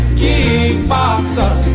kickboxer